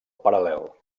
paral·lel